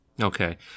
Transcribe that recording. Okay